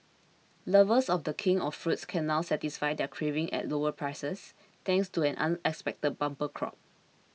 lovers of the king of fruits can now satisfy their cravings at lower prices thanks to an unexpected bumper crop